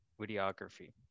Videography